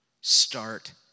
Start